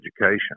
education